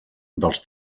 dels